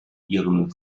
ihren